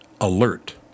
alert